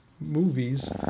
movies